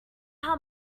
how